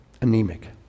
anemic